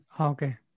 Okay